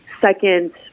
second